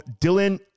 Dylan